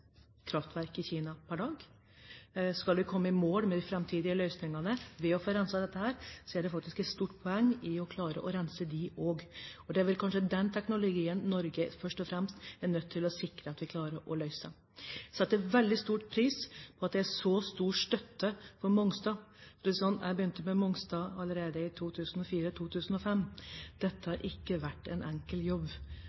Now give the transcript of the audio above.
kraftverk i Kina per dag. Skal vi komme i mål med de framtidige løsningene for å få renset dette her, er det faktisk et stort poeng å klare å rense dem også. Det er vel kanskje den teknologien Norge først og fremst er nødt til å sikre at vi klarer å løse. Jeg setter veldig stor pris på at det er så stor støtte til Mongstad. Det er sånn at jeg begynte med Mongstad allerede i 2004–2005. Dette